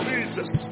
Jesus